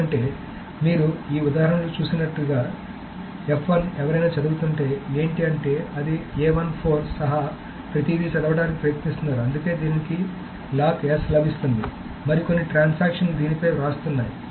ఎందుకంటే మీరు ఈ ఉదాహరణలో చూసినట్లుగా ఎవరైనా చదువుతుంటే ఏంటి అంటే అది సహా ప్రతిదీ చదవడానికి ప్రయత్నిస్తున్నారుఅందుకే దీనికి లాక్ S లభిస్తోంది మరికొన్ని ట్రాన్సాక్షన్ లు దీనిపై వ్రాస్తున్నాయి